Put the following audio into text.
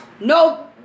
No